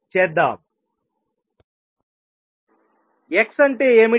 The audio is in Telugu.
x అంటే ఏమిటి